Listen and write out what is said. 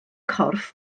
corff